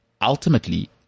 ultimately